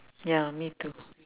ya me too